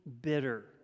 bitter